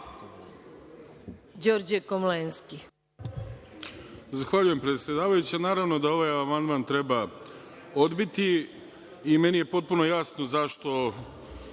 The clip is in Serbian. Đorđe Komlenski.